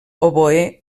oboè